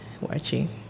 watching